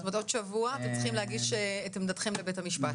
זאת אומרת בעוד שבוע אתם צריכים להגיש את עמדתכם לבית המשפט.